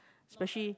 specially